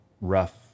rough